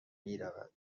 میرود